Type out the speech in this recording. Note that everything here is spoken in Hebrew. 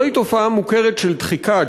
זוהי תופעה מוכרת של דחיקה,